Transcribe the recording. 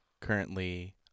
currently